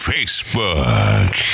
Facebook